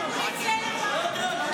אנחנו נצא לבד.